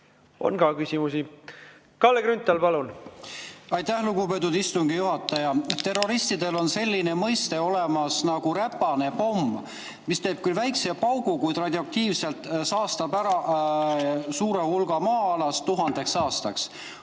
On ka küsimusi. Kalle Grünthal, palun! Aitäh, lugupeetud istungi juhataja! Terroristid kasutavad sellist mõistet nagu "räpane pomm", see teeb küll väikese paugu, kuid radioaktiivselt saastab ära suure maa-ala tuhandeks aastaks.